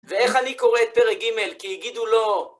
ואיך אני קורא את פרק ג' כי הגידו לו